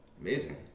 amazing